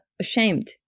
ashamed